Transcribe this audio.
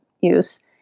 use